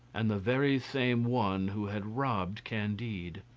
and the very same one who had robbed candide.